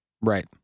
Right